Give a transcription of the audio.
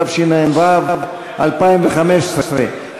התשע"ו 2015,